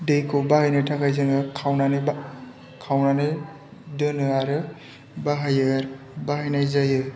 दैखौ बाहायनो थाखाय जोङो खावनानै एबा खावनानै दोनो आरो बाहायो बाहायनाय जायो